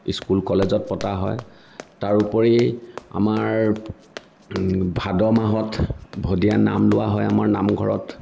school কলেজত পতা হয় তাৰোপৰি আমাৰ ভাদ মাহত ভদীয়া নাম লোৱা হয় আমাৰ নামঘৰত